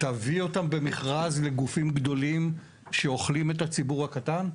תעביר אותם במכרז לגופים גדולים שאוכלים את הציבור הקטן?